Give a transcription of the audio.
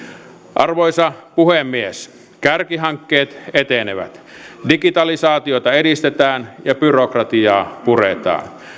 arvoisa puhemies kärkihankkeet etenevät digitalisaatiota edistetään ja byrokratiaa puretaan